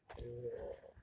!aiyo!